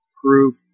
proof